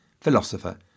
philosopher